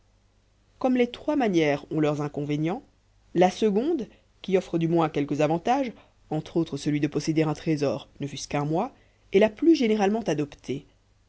comme les trois manières ont leurs inconvénients la seconde qui offre du moins quelques avantages entre autres celui de posséder un trésor ne fût-ce qu'un mois est la plus généralement adoptée